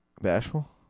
Bashful